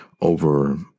over